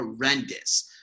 horrendous